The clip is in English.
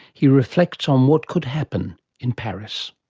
he reflects on what could happen in paris.